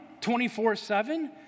24-7